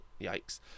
yikes